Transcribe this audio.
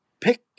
pick